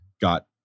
got